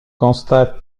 constate